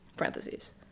Parentheses